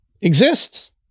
exists